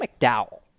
McDowell